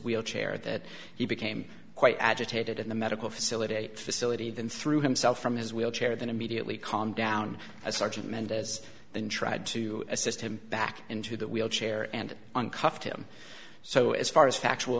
wheelchair that he became quite agitated at the medical facility facility then threw himself from his wheelchair then immediately calmed down as sergeant mendez then tried to assist him back into the wheelchair and uncuffed him so as far as factual